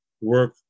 work